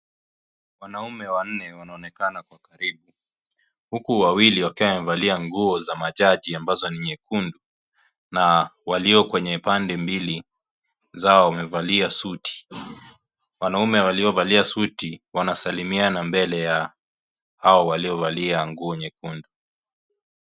Wanaume wanne wanaonekana kwa karibu huku wawili wakiwa wamevalia nguo za majaji ambazo ni nyekundu na walio kwenye pande mbili, zao wamevalia suti. Wanaume waliovalia suti wanasalimiana mbele ya hao waliovalia nguo nyekundu.